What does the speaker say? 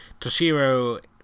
Toshiro